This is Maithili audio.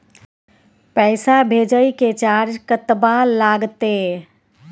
पैसा भेजय के चार्ज कतबा लागते?